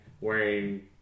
wearing